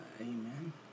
Amen